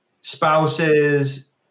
spouses